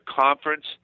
conference